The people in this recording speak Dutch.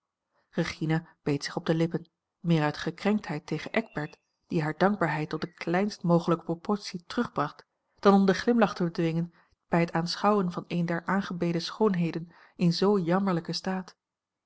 beet zich op de lippen meer uit gekrenktheid tegen eckbert die hare dankbaarheid tet de kleinst mogelijke proportie terugbracht dan om den glimlach te bedwingen bij het aanschouwen van een der aangebeden schoonheden in zoo jammerlijken staat